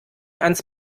ans